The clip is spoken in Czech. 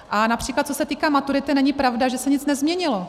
A například co se týká maturity, není pravda, že se nic nezměnilo.